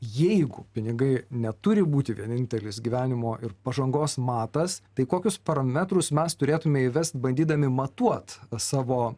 jeigu pinigai neturi būti vienintelis gyvenimo ir pažangos matas tai kokius parametrus mes turėtume įvest bandydami matuot savo